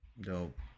Dope